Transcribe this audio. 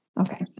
Okay